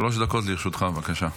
שלוש דקות לרשותך, בבקשה.